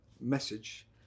message